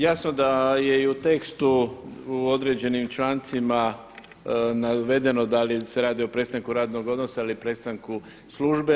Jasno da je i u tekstu u određenim člancima navedeno da li se radi o prestanku radnog odnosa ili prestanku službe.